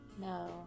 no